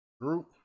Group